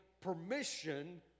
permission